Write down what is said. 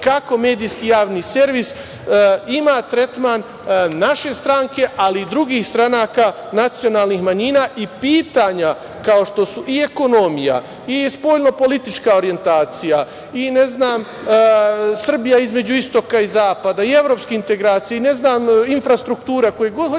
kako Medijski javni servis ima tretman naše stranke, ali i drugih stranka nacionalnih manjina i pitanja kao što i ekonomija, i spoljno-politička orijentacija i, ne znam Srbija, između istoka i zapada i evropske integracije i, ne znam, infrastruktura koje god hoćete